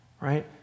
Right